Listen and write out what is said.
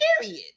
Period